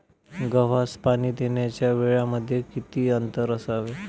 गव्हास पाणी देण्याच्या वेळांमध्ये किती अंतर असावे?